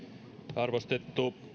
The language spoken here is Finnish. arvostettu